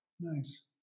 Nice